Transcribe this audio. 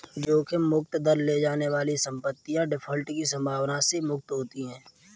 जोखिम मुक्त दर ले जाने वाली संपत्तियाँ डिफ़ॉल्ट की संभावना से मुक्त होती हैं